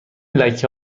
لکه